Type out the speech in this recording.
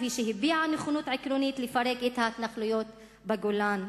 כפי שהביעה נכונות עקרונית לפרק את ההתנחלויות בגולן.